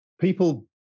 people